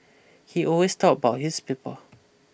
he always thought about his people